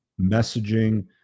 messaging